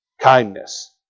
Kindness